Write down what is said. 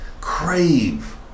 crave